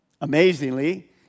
amazingly